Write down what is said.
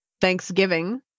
thanksgiving